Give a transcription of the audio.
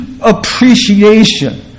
appreciation